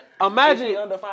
imagine